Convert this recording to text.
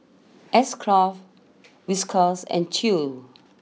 S Craft Whiskas and Chew's